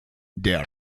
der